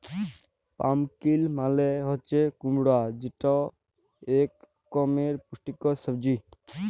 pumpkin মালে হছে কুমড়া যেট ইক রকমের পুষ্টিকর সবজি